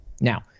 Now